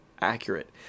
accurate